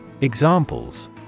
Examples